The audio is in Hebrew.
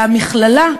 והמכללה,